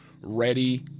ready